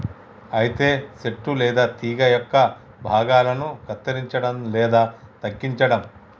అయితే సెట్టు లేదా తీగ యొక్క భాగాలను కత్తిరంచడం లేదా తగ్గించడం